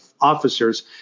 officers